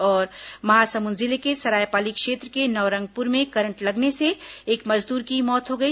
और महासमुंद जिले के सरायपाली क्षेत्र के नवरंगपुर में करंट लगने से एक मजदूर की मौत हो गई